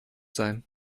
sein